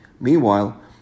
Meanwhile